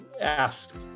ask